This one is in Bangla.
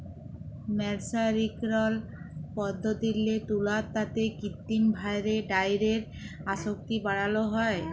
মের্সারিকরল পদ্ধতিল্লে তুলার তাঁতে কিত্তিম ভাঁয়রে ডাইয়ের আসক্তি বাড়ালো হ্যয়